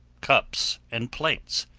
cups, and plates,